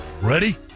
Ready